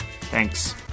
Thanks